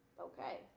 Okay